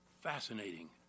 Fascinating